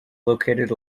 located